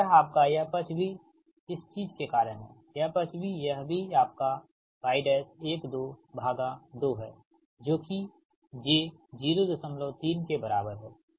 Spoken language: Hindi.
इसी तरह आपका यह पक्ष भी इसी चीज के कारण है यह पक्ष भीयह भी आपका y122 है जो कि j 03 के बराबर है